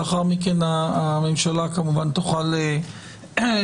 לאחר מכן הממשלה כמובן תוכל להשיב.